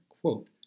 quote